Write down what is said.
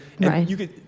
Right